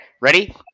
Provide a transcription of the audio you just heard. Ready